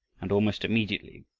and almost immediately,